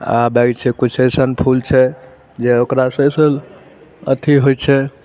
आबै छै किछु अइसन फूल छै जे ओकरा सौंसे अथी होइ छै